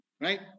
right